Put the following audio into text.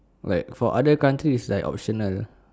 like for other country is like optional